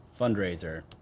fundraiser